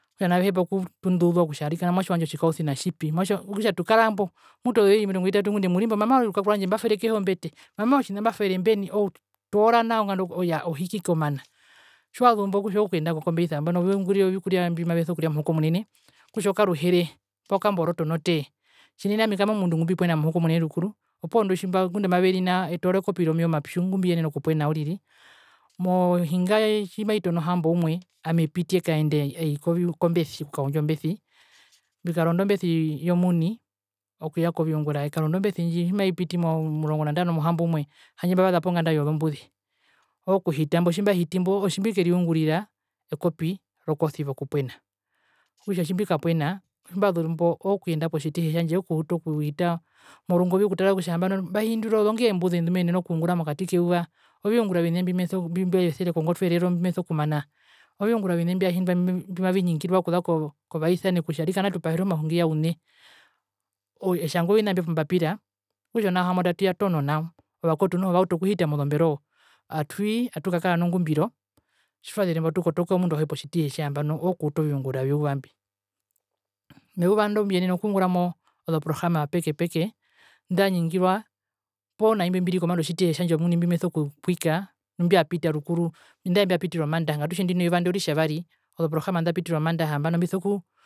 Okutja nao vehepa okutunduuziwa kutja muatje wandje otjikausina tjipi, muatje, okutja tukara mbo mutu ozoiri omirongo vitata ngunda murimbo, mamaa orukaku rwandje mbatwire kehi yombete, mamaa otjina mbatwire mbeni, otoora nao nganda iyaa, ohuikike omana, tjiwazumbo okutja ookuyenda kokombeisa nambano oveungurire ovikurya mbimavesokuria muhukomunene, okutja okaruhere poo okamboroto no tee. Tjinene ami kaami omundu ngumbipwena muhukomunene rukuru, opuwo ndi tjimba ngunda amaveri nao etoora ekopi romeva omapiu ongumbiyenena okupwena uriri. Mohinga, tjimaikatona ohamboumwe ami epiti ekaenda ei kombesi okukaundja ombesi. Mbikaronda ombesi yo muni, okuya koviungura. Ekaronda ombesi ndji tjimaipiti omurongo nandano mohamboumwe handje mbavaza ponganda yozombuze. Ookuhita mbo, tjimbahiti mbo otjimbikeriungurira ekopi rokosiva okupuena. Okutja otjimbikapwena tjimbazu mbo ookuyenda kotjitihe tjandje ooku uta okuhita morungovi okuuta okutara kutja nambano mbahindirwa ozongee mbuze ndumeyenene okuungura mokati keyuva, oviungura vine mbimbevyesire kongotwe erero mbimesokumana, oviungura vine mbyahindua mbimaviningirwa okuza kovaisane kutja arikana tupahera omahungi ya une, etjanga ovina mbyo pombapira, okutja nao ohambotatu yatono nao, ovakuetu noho vautu okuhita mozomberoo, atui atukakara nongumbiro tjitwazire mbo atukotoka omundu auhe potjitihe tje nambano ooku uta oviungura vyeyuva mbi. Meyuva ndo mbiyenenaokuungura mo ozo programa pekepeke ndaningirwa poo naimbi mbiri kombanda yotjitihe tjandje omuini mbimesokupwika nu mbyapita rukuru, andae mbyapitire omandaha ngatutje ndino eyuva oritjavari ozoprograma ndapitire omandaha nambano mbisoku